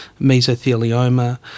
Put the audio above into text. mesothelioma